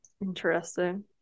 Interesting